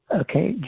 Okay